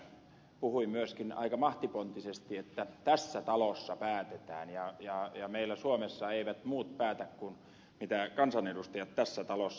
leppä puhui myöskin aika mahtipontisesti että tässä talossa päätetään ja meillä suomessa eivät muut päätä kuin kansanedustajat tässä talossa